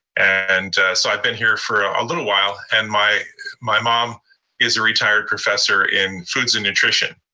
and so i've been here for a little while. and my my mom is a retired professor in foods and nutrition.